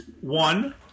one